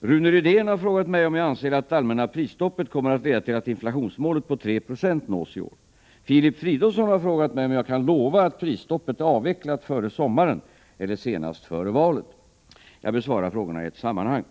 Rune Rydén har frågat mig om jag anser att det allmänna prisstoppet kommer att leda till att inflationsmålet på 3 96 nås i år. Filip Fridolfsson har frågat mig om jag kan lova att prisstoppet är avvecklat före sommaren eller senast före valet. Jag besvarar frågorna i ett sammanhang.